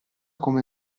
come